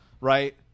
right